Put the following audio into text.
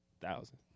thousand